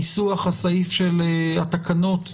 אם השופט החליט שהדיון יהיה ב-VC,